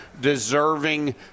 deserving